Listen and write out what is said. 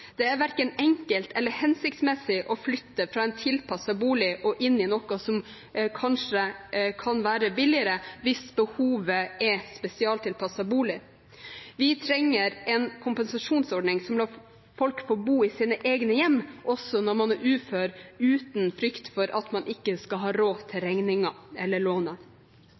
Det er verken enkelt eller hensiktsmessig å flytte fra en tilpasset bolig og inn i noe som kanskje kan være billigere hvis behovet er spesialtilpasset bolig. Vi trenger en kompensasjonsordning som lar folk få bo i sine egne hjem også når man er ufør, uten frykt for at man ikke skal ha råd til å betale regninger eller